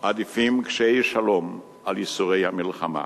"עדיפים קשיי השלום על ייסורי המלחמה".